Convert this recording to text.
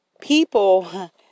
people